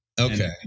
Okay